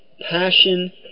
passion